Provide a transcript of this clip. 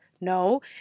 no